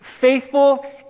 faithful